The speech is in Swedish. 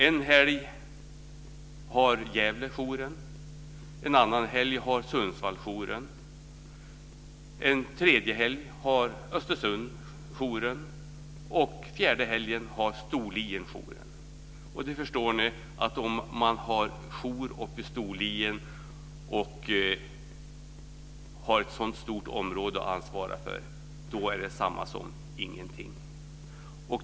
En helg har Gävle jouren, en annan helg har Sundsvall jouren, en tredje helg har Östersund jouren och fjärde helgen har Storlien jouren. Då förstår ni att jour i Storlien med ett så stort område att ansvara för är detsamma som ingenting.